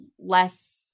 less